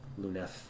Luneth